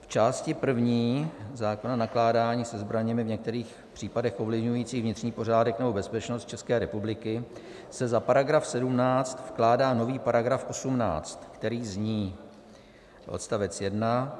V části první zákona nakládání se zbraněmi v některých případech ovlivňující vnitřní pořádek nebo bezpečnost České republiky se za § 17 vkládá nový §18, který zní: Odstavec 1.